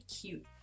cute